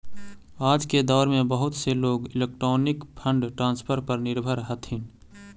आज के दौर में बहुत से लोग इलेक्ट्रॉनिक फंड ट्रांसफर पर निर्भर हथीन